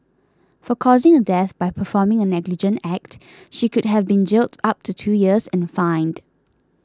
for causing a death by performing a negligent act she could have been jailed up to two years and fined